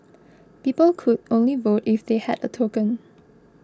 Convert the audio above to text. people could only vote if they had a token